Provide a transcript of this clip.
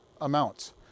amounts